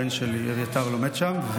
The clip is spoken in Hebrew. הבן שלי אביתר לומד שם.